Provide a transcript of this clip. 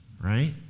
Right